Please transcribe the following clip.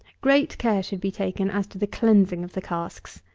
great care should be taken as to the cleansing of the casks.